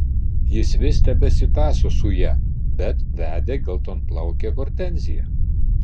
jis vis tebesitąso su ja bet vedė geltonplaukę hortenziją